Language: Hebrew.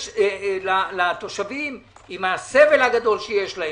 יש לתושבים עם הסבל הגדול שיש להם,